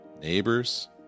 neighbors